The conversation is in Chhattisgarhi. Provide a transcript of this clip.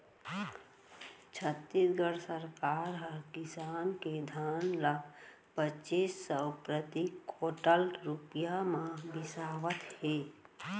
छत्तीसगढ़ सरकार ह किसान के धान ल पचीस सव प्रति कोंटल रूपिया म बिसावत हे